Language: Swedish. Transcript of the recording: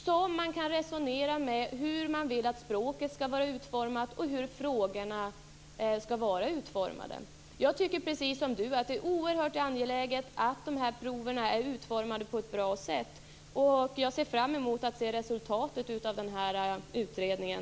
Man kan här resonera om hur man vill att språket skall vara utformat och hur frågorna skall formuleras. Jag tycker precis som Göte Jonsson att det är oerhört angeläget att dessa prov är utformade på ett bra sätt, och jag ser fram emot resultatet av den sittande utredningen.